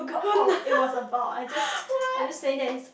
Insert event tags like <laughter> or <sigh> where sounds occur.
oh no <laughs> what